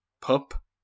Pup